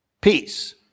Peace